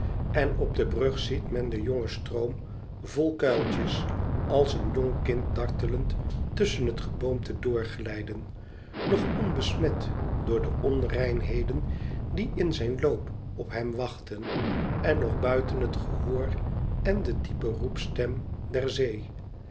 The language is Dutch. en op de brug ziet men den jongen stroom vol kuiltjes als een jong kind dartelend tusschen het geboomte doorglijden nog onbesmet door de onreinheden die in zijn loop op hem wachten en nog buiten het gehoor en de diepe roepstem der zee